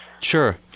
Sure